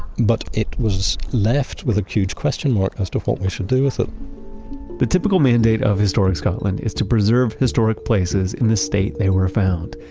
but it was left with a huge question mark as to what we should do with it the but typical mandate of historic scotland is to preserve historic places in the state they were found.